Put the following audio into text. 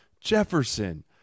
Jefferson